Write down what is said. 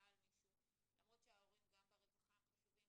על מישהו למרות שההורים גם ברווחה חשובים